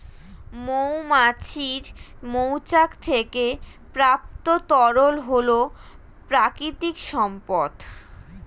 মৌমাছির মৌচাক থেকে প্রাপ্ত তরল হল প্রাকৃতিক সম্পদ